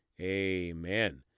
amen